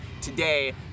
today